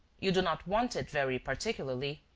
you do not want it very particularly?